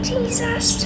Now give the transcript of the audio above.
Jesus